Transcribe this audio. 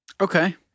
Okay